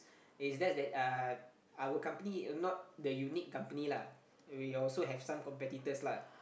it's just that uh our company not the unique company lah we also have some competitors lah